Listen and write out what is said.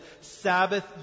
Sabbath